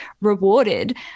rewarded